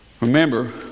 remember